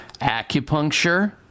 acupuncture